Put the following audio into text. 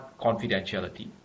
confidentiality